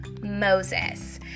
Moses